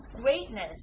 greatness